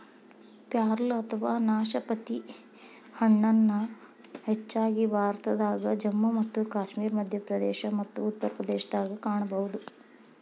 ಪ್ಯಾರಲ ಅಥವಾ ನಾಶಪತಿ ಹಣ್ಣನ್ನ ಹೆಚ್ಚಾಗಿ ಭಾರತದಾಗ, ಜಮ್ಮು ಮತ್ತು ಕಾಶ್ಮೇರ, ಮಧ್ಯಪ್ರದೇಶ ಮತ್ತ ಉತ್ತರ ಪ್ರದೇಶದಾಗ ಕಾಣಬಹುದು